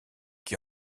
qui